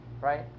right